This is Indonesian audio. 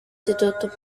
ditutup